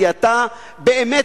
כי אתה באמת,